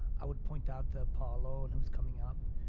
i would point out the apollo and who's coming up.